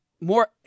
more